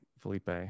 felipe